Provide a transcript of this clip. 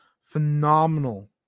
phenomenal